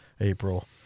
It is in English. April